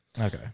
Okay